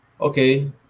Okay